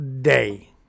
Day